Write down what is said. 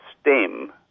stem